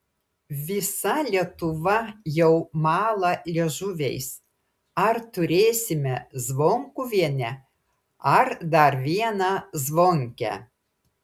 visa lietuva jau mala liežuviais ar turėsime zvonkuvienę ar dar vieną zvonkę